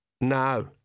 No